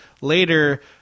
later